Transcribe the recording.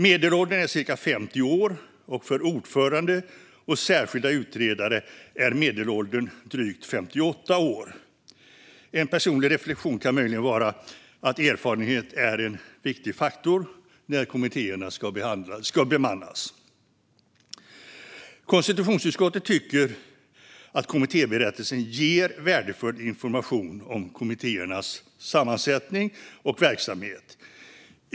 Medelåldern är cirka 50 år, och för ordförande och särskilda utredare är medelåldern drygt 58 år. En personlig reflektion kan möjligen vara att erfarenhet är en viktig faktor när kommittéerna ska bemannas. Konstitutionsutskottet tycker att kommittéberättelsen ger värdefull information om kommittéernas sammansättning och verksamhet.